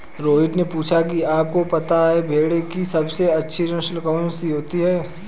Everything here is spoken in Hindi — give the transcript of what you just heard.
रोहित ने पूछा कि आप को पता है भेड़ की सबसे अच्छी नस्ल कौन सी होती है?